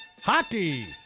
Hockey